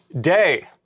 Day